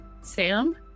Sam